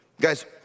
Guys